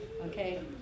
okay